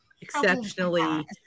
exceptionally